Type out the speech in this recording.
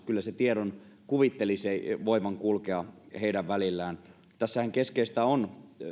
kyllä sen tiedon kuvittelisi voivan kulkea vaitiolovelvollisten viranomaisten välillä tässähän keskeistä on